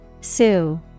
Sue